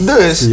Dus